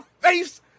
face